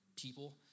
People